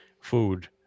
food